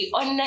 on